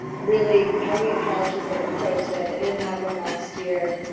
really having a couch is like a pro tip. i didn't have one last year.